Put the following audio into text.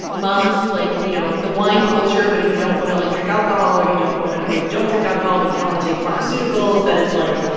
moms who, like, you know the wine culture but if you don't want to, like, drink alcohol, or you don't want to or you don't drink alcohol, but you don't want to take pharmaceuticals that it's, like,